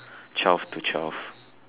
twelve to twelve